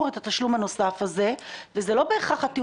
אתם אמורים גם להתחרות ביניכם קצת על התשלומים.